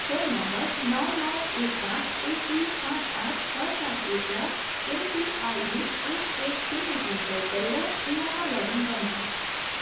phone number नौ नौ एक पाँच एक दुई पाँच आठ छ चार एक र एमपिआइएन एक एक शून्य तिन प्रयोग गरेर उमङ्गमा लगइन गर्नुहोस्